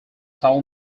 tell